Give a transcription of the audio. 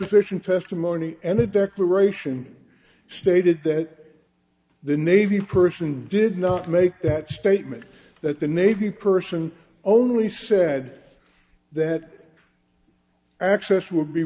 deposition testimony and the declaration stated that the navy person did not make that statement that the navy person only said that access would